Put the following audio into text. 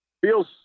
feels